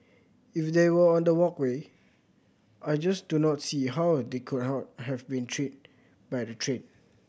if they were on the walkway I just do not see how they could have been treat by the train